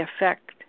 effect